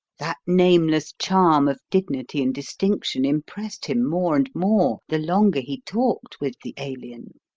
that nameless charm of dignity and distinction impressed him more and more the longer he talked with the alien.